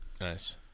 Nice